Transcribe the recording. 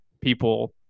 people